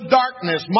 darkness